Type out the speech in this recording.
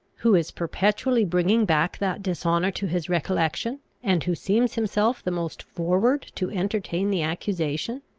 who is perpetually bringing back that dishonour to his recollection, and who seems himself the most forward to entertain the accusation?